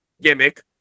gimmick